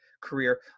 career